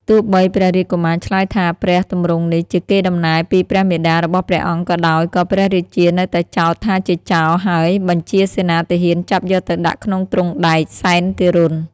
ទោះបីព្រះរាជកុមារឆ្លើយថាព្រះទម្រង់នេះជាកេរ្តិ៍ដំណែលពីព្រះមាតារបស់ព្រះអង្គក៏ដោយក៏ព្រះរាជា នៅតែចោទថាជាចោរ ហើយបញ្ហាសេនាទាហានចាប់យកទៅដាក់ក្នុងទ្រូងដែក សែនទារុណ ។